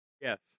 Yes